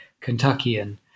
Kentuckian